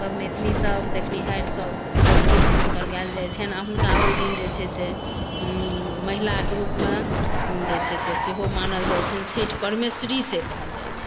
पबनितनि सभ देखनिहारि सभ गीत हुनकर गायल जाइत छनि आओर हुनका ओहि दिन जे छै से महिलाके रूपमे जे छै से सेहो मानल जाइत छनि छठि परमेश्वरी से कहल जाइत छनि